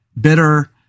bitter